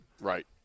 Right